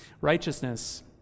Righteousness